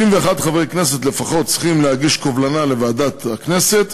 61 חברי כנסת לפחות צריכים להגיש קובלנה לוועדת הכנסת,